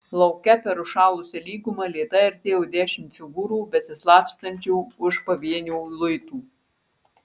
lauke per užšalusią lygumą lėtai artėjo dešimt figūrų besislapstančių už pavienių luitų